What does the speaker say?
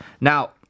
Now